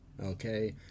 okay